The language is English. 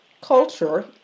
culture